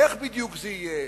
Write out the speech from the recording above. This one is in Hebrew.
איך בדיוק זה יהיה,